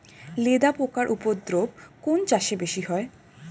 লেদা পোকার উপদ্রব কোন চাষে বেশি হয়?